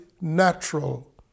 natural